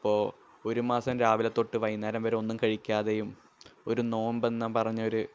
അപ്പോള് ഒരു മാസം രാവിലെ തൊട്ട് വൈകുനേരം വരെ ഒന്നും കഴിക്കാതെയും ഒരു നോമ്പെന്ന പറഞ്ഞൊരു